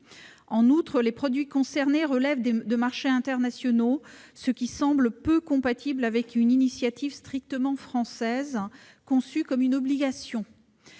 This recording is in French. En outre, les produits concernés relèvent de marchés internationaux, ce qui semble peu compatible avec la prise d'une initiative strictement française, conçue comme une obligation.